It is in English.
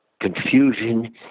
confusion